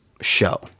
show